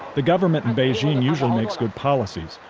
the government in beijing usually makes good policies,